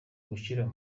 gushyira